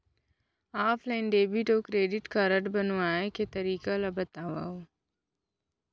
Offline debit अऊ credit card बनवाए के तरीका ल बतावव?